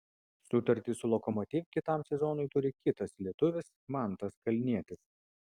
sutartį su lokomotiv kitam sezonui turi kitas lietuvis mantas kalnietis